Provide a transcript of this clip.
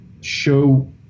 show